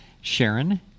Sharon